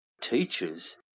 Teachers